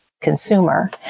consumer